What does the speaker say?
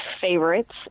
favorites